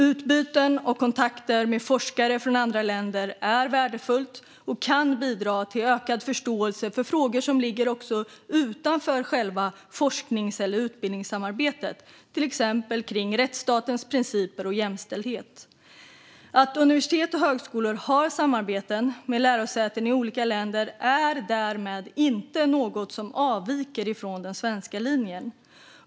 Utbyten och kontakter med forskare från andra länder är värdefulla och kan bidra till att öka förståelsen för frågor som ligger utanför själva forsknings eller utbildningssamarbetet, till exempel om rättsstatens principer och jämställdhet. Att universitet och högskolor har samarbeten med lärosäten i olika länder är därmed inte något som avviker från den svenska linjen.